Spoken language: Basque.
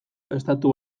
estatu